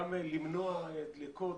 גם למנוע דליקות,